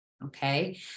Okay